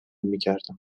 میکردم